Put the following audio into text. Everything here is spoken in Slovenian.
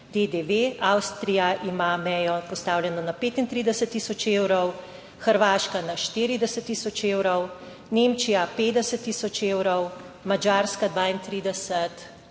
DDV. Avstrija ima mejo postavljeno na 35 tisoč evrov, Hrvaška na 40 tisoč evrov, Nemčija 50 tisoč evrov, Madžarska 32 tisoč 300